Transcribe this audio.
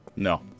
No